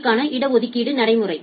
B க்கான இட ஒதுக்கீடு நடைமுறை